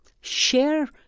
share